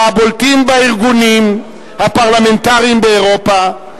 מהבולטים בארגונים הפרלמנטריים באירופה,